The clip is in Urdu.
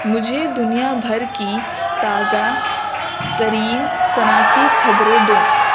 مجھے دنیا بھر کی تازہ ترین سناسی خبریں دو